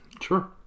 Sure